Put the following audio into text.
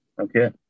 Okay